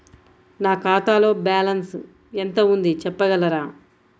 నా ఖాతాలో బ్యాలన్స్ ఎంత ఉంది చెప్పగలరా?